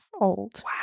old